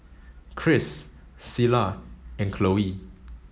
Cris Cilla and Cloe